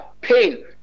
pain